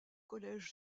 collège